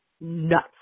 nuts